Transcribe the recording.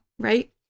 right